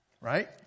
Right